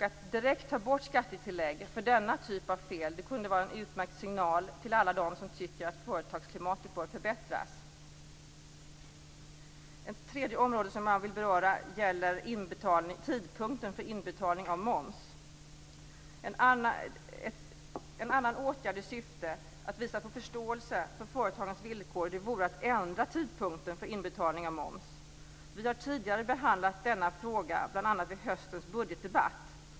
Att direkt ta bort skattetillägg för denna typ av fel kunde vara en utmärkt signal till alla dem som tycker att företagsklimatet bör förbättras. Ett tredje område som jag vill beröra gäller tidpunkten för inbetalning av moms. En åtgärd i syfte att visa på förståelse för företagens villkor vore att ändra tidpunkten för inbetalning av moms. Vi har tidigare behandlat denna fråga, bl.a. vid höstens budgetdebatt.